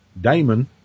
Damon